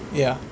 ya